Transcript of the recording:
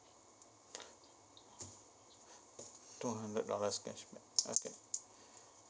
two hundred dollars cashback okay